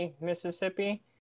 mississippi